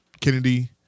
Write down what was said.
Kennedy